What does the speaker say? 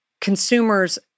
consumers